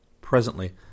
Presently